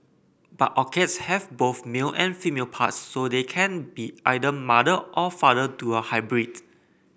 but orchids have both male and female parts so they can be either mother or father to a hybrid